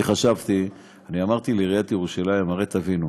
אני אמרתי לעיריית ירושלים: הרי תבינו,